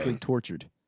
tortured